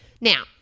Now